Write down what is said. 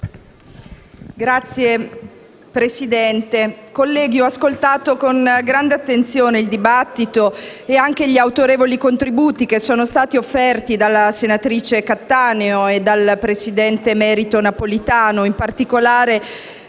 Presidente, onorevoli colleghi, ho ascoltato con grande attenzione il dibattito e anche gli autorevoli contributi che sono stati offerti dalla senatrice Cattaneo e dal presidente emerito Napolitano, in particolare